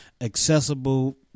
accessible